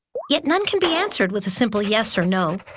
yet none can be answered with a simple yes or no.